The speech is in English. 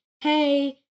Hey